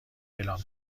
اعلام